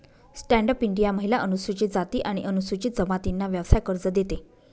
stand up India महिला, अनुसूचित जाती आणि अनुसूचित जमातींना व्यवसाय कर्ज देते